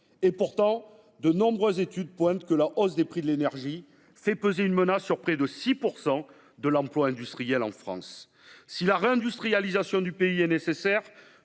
économiques. De nombreuses études pointent que la hausse des prix de l’énergie fait peser une menace sur près de 6 % de l’emploi industriel en France. Si la réindustrialisation du pays est nécessaire,